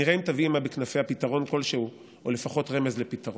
נראה אם תביא עימה בכנפיה פתרון כלשהו או לפחות רמז לפתרון.